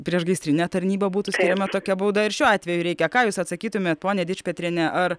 priešgaisrinę tarnybą būtų skiriama tokia bauda ir šiuo atveju reikia ką jūs atsakytumėt ponia dičpetriene ar